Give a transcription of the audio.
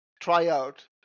tryout